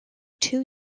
two